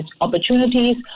opportunities